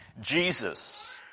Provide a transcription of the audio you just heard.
Jesus